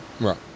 Right